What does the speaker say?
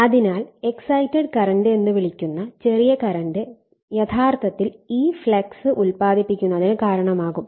അതിനാൽ excited current എന്ന് വിളിക്കുന്ന ചെറിയ കറന്റ് യഥാർത്ഥത്തിൽ ഈ ഫ്ലക്സ് ഉൽപാദിപ്പിക്കുന്നതിന് കാരണമാകും